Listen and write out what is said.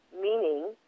Meaning